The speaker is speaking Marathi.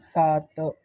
सात